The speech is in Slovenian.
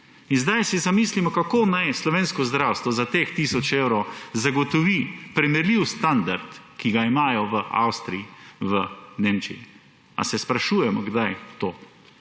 zdaj si zamislimo, kako naj slovensko zdravstvo za teh tisoč evrov zagotovi primerljiv standard, ki ga imajo v Avstriji, v Nemčiji. Ali se sprašujemo kdaj to?